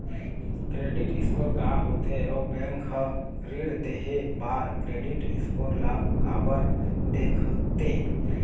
Credit score का होथे अउ बैंक हर ऋण देहे बार क्रेडिट स्कोर ला काबर देखते?